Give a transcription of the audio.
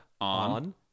On